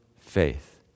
faith